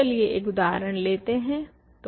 तो चलिये एक उदाहरण देखते हें